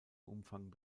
umfang